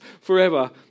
forever